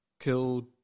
Killed